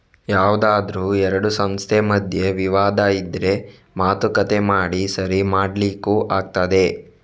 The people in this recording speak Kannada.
ಯಾವ್ದಾದ್ರೂ ಎರಡು ಸಂಸ್ಥೆ ಮಧ್ಯೆ ವಿವಾದ ಇದ್ರೆ ಮಾತುಕತೆ ಮಾಡಿ ಸರಿ ಮಾಡ್ಲಿಕ್ಕೂ ಆಗ್ತದೆ